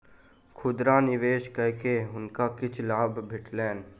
खुदरा निवेश कय के हुनका किछ लाभ भेटलैन